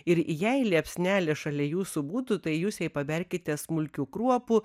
ir jei liepsnelės šalia jūsų būtų tai jūs jai paberkite smulkių kruopų